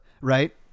Right